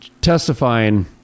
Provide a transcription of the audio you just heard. testifying